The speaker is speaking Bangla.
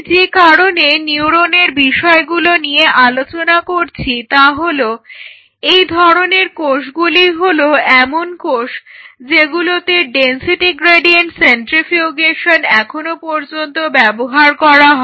আমি যে কারণে নিউরনের বিষয় নিয়ে আলোচনা করছি তা হলো এই ধরনের কোষগুলিই হলো এমন কোষ যেগুলোতে ডেনসিটি গ্রেডিয়েন্ট সেন্ট্রিফিউগেশন এখনো পর্যন্ত ব্যবহার করা হয়